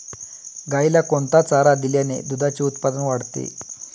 गाईला कोणता चारा दिल्याने दुधाचे उत्पन्न वाढते?